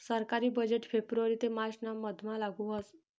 सरकारी बजेट फेब्रुवारी ते मार्च ना मधमा लागू व्हस